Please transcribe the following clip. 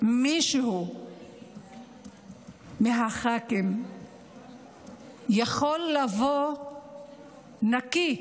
שמישהו מהח"כים יכול לבוא נקי,